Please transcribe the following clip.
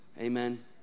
Amen